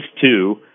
two